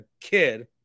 kid